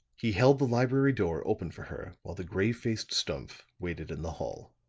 he held the library door open for her while the grave-faced stumph waited in the hall.